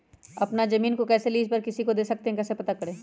अपना जमीन को कैसे लीज पर किसी को दे सकते है कैसे पता करें?